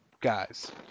guys